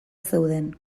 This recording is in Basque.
zeuden